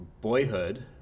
Boyhood